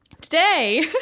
Today